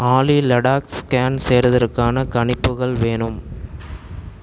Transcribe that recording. ஆலி லடாக் ஸ்டான் சேருவதுக்கான கணிப்புகள் வேணும்